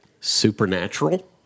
supernatural